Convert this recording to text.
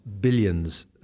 billions